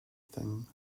thing